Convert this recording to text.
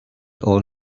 all